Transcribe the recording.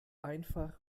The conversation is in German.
einfach